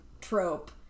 trope